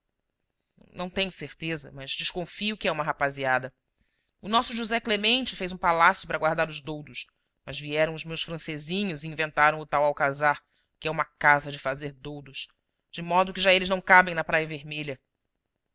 não tenho certeza mas desconfio que é uma rapaziada o nosso josé clemente fez um palácio para guardar os doudos mas vieram os meus francesinhos e inventaram o tal alcazar que é uma casa de fazer doudos de modo que já eles não cabem na praia vermelha